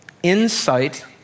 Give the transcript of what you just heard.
Insight